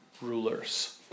rulers